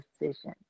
decision